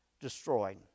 destroyed